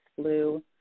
flu